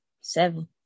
seven